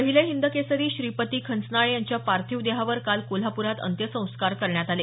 पहिले हिंदकेसरी श्रीपती खंचनाळे यांच्या पार्थिव देहावर काल कोल्हाप्रात अंत्यसंस्कार करण्यात आले